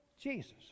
Jesus